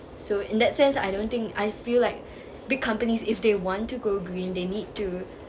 so in that sense I don't think I feel like big companies if they want to go green they need to